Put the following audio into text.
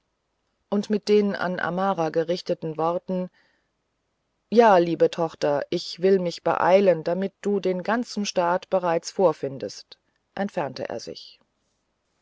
und mit den an amara gerichteten worten ja liebe tochter ich will mich beeilen damit du den ganzen staat bereits vorfindest entfernte er sich